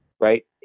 right